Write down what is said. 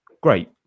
Great